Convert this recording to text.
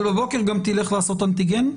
אבל בבוקר גם תלך לעשות אנטיגן?